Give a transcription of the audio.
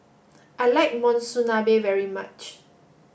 I like Monsunabe very much